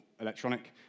electronic